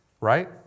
Right